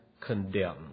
condemn